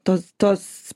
tos tos